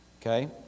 Okay